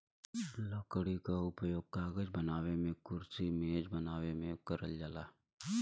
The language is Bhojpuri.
लकड़ी क उपयोग कागज बनावे मेंकुरसी मेज बनावे में करल जाला